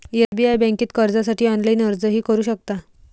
SBI बँकेत कर्जासाठी online अर्जही करू शकता